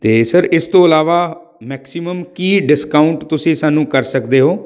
ਅਤੇ ਸਰ ਇਸ ਤੋਂ ਇਲਾਵਾ ਮੈਕਸੀਮਮ ਕੀ ਡਿਸਕਾਊਂਟ ਤੁਸੀਂ ਸਾਨੂੰ ਕਰ ਸਕਦੇ ਹੋ